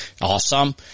awesome